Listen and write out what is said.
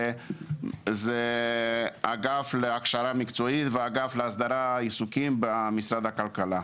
אלא האגף להכשרה מקצועית והאגף להסדרת עיסוקים במשרד הכלכלה.